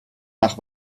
nach